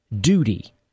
duty